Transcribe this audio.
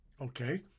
Okay